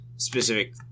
specific